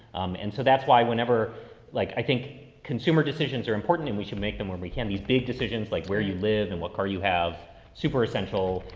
and so that's why whenever like i think consumer decisions are important and we can make them where we can have these big decisions like where you live and what car you have super essential.